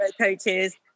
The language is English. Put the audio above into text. coaches